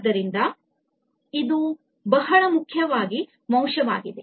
ಆದ್ದರಿಂದ ಇದು ಬಹಳ ಮುಖ್ಯವಾದ ಅಂಶವಾಗಿದೆ